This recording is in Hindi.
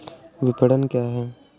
विपणन क्या है?